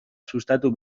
sustatu